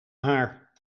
haar